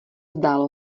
zdálo